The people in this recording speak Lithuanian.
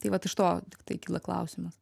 tai vat iš to tiktai kyla klausimas